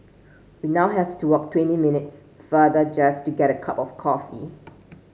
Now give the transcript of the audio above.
we now have to walk twenty minutes farther just to get a cup of coffee